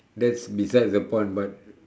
that's besides the point but